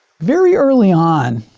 very early on,